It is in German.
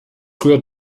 rührt